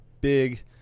big